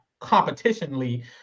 competitionally